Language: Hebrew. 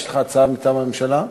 יש לך הצעה מטעם הממשלה?